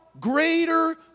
greater